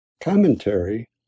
Commentary